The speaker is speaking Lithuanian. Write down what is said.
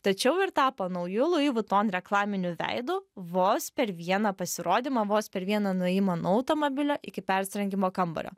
tačiau ir tapo nauju louis vuitton reklaminiu veidu vos per vieną pasirodymą vos per vieną nuėjimą nuo automobilio iki persirengimo kambario